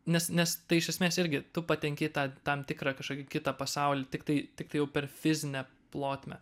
nes nes tai iš esmės irgi tu patenki į tą tam tikrą kažkokį kitą pasaulį tiktai tiktai per fizinę plotmę